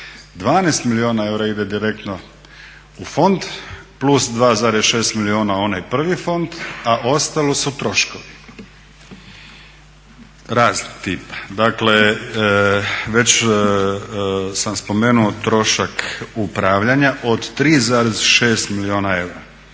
12 milijuna eura ide direktno u fond plus 2,6 milijuna onaj prvi fond a ostalo su troškovi raznog tipa. Dakle, već sam spomenuo trošak upravljanja od 3,6 milijuna eura.